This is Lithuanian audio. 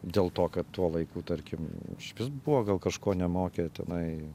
dėl to kad tuo laiku tarkim išvis buvo gal kažko nemokė tenai